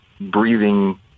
breathing